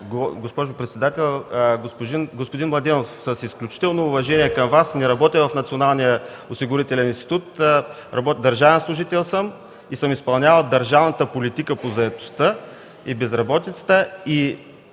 госпожо председател, господин Младенов, с изключително уважение към Вас – не работя в Националния осигурителен институт. Държавен служител съм и съм изпълнявал държавната политика по заетостта и безработицата